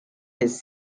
his